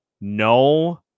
No